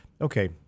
okay